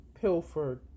pilfered